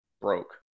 broke